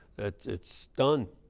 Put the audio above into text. that it's done.